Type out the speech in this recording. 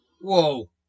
Whoa